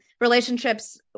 relationships